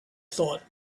thought